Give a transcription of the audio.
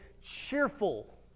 cheerful